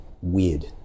weird